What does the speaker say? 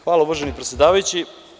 Hvala uvaženi predsedavajući.